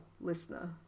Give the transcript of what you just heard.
listener